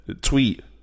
tweet